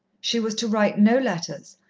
she was to write no letters,